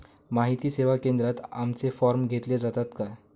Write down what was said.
माहिती सेवा केंद्रात आमचे फॉर्म घेतले जातात काय?